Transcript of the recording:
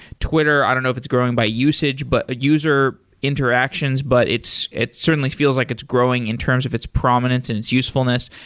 twitter, i don't know if it's growing by usage, but user interactions, but it certainly feels like it's growing in terms of its prominence and its usefulness.